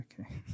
okay